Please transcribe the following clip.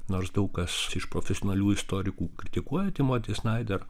nors daug kas iš profesionalių istorikų kritikuoja timotį snaider